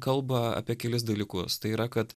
kalba apie kelis dalykus tai yra kad